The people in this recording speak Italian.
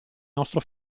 nostro